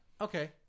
Okay